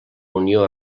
unió